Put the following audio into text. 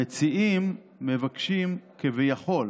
המציעים מבקשים, כביכול,